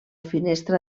finestra